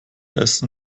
essen